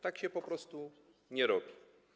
Tak się po prostu nie robi.